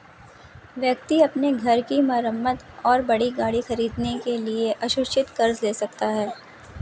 व्यक्ति अपने घर की मरम्मत और बड़ी गाड़ी खरीदने के लिए असुरक्षित कर्ज ले सकता है